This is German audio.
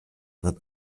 wird